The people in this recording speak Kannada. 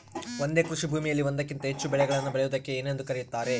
ಒಂದೇ ಕೃಷಿಭೂಮಿಯಲ್ಲಿ ಒಂದಕ್ಕಿಂತ ಹೆಚ್ಚು ಬೆಳೆಗಳನ್ನು ಬೆಳೆಯುವುದಕ್ಕೆ ಏನೆಂದು ಕರೆಯುತ್ತಾರೆ?